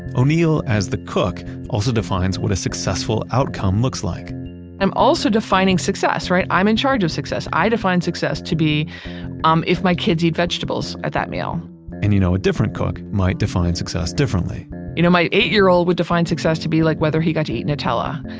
o'neil as the cook also defines what a successful outcome looks like i'm also defining success, right? i'm in charge of success. i define success to be um if my kids eat vegetables at that meal and you know, a different cook might define success differently you know my eight year old would define success to be like whether he got to eat nutella.